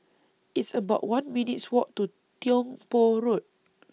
It's about one minutes' Walk to Tiong Poh Road